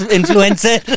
Influencer